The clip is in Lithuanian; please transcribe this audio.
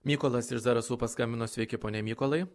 mykolas iš zarasų paskambino sveiki pone mykolai